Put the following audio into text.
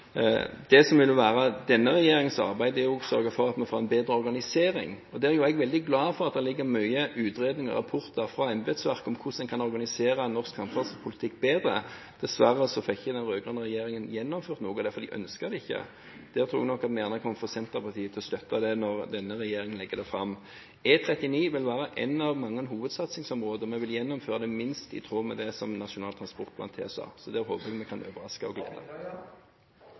Det som vil være denne regjeringens arbeid, er å sørge for at vi får en bedre organisering. Jeg er veldig glad for at det ligger mange utredninger og rapporter fra embetsverket om hvordan man kan organisere norsk samferdselspolitikk bedre. Dessverre fikk ikke den rød-grønne regjeringen gjennomført noe av det, for de ønsket det ikke. Der tror jeg nok vi kan få Senterpartiets støtte når denne regjeringen legger det fram. E39 vil være ett av mange hovedsatsingsområder, og vi vil gjennomføre det minst i tråd med det som Nasjonal transportplan tilsa. Så der håper jeg vi kan overraske